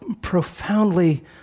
profoundly